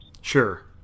Sure